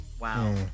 Wow